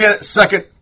second